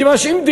כיוון,